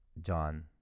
john